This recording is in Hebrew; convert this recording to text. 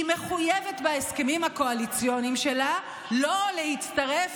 היא מחויבת בהסכמים הקואליציוניים שלה לא להצטרף